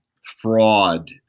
fraud